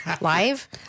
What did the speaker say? live